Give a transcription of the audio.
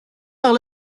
par